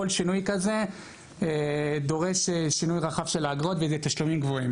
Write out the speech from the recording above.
כל שינוי כזה דורש שינוי רחב של האגרות וזה תשלומים גבוהים,